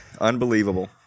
unbelievable